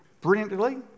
Brilliantly